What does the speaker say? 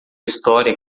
história